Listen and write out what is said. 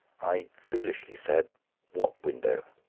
i foolishly said what window?